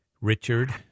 Richard